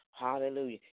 Hallelujah